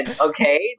Okay